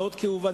מאוד כאובה.